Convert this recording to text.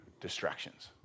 distractions